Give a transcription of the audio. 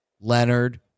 Leonard